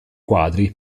quadri